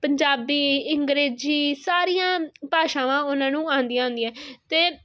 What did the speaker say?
ਪੰਜਾਬੀ ਅੰਗਰੇਜੀ ਸਾਰੀਆਂ ਭਾਸ਼ਾਵਾਂ ਉਹਨਾਂ ਨੂੰ ਆਉਂਦੀਆਂ ਹੁੰਦੀਆਂ ਤੇ